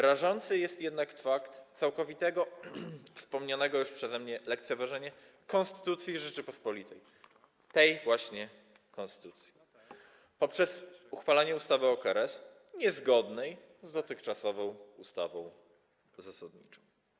Rażący jest jednak fakt całkowitego wspomnianego już przeze mnie lekceważenia konstytucji Rzeczypospolitej, tej właśnie konstytucji, poprzez uchwalenie ustawy o KRS niezgodnej z dotychczasową ustawą zasadniczą.